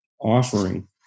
offering